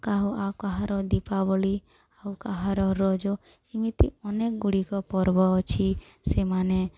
କାହୁ ଆଉ କାହାର ଦୀପାବଳି ଆଉ କାହାର ରଜ ଏମିତି ଅନେକ ଗୁଡ଼ିକ ପର୍ବ ଅଛି ସେମାନେ